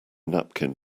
napkin